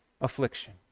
affliction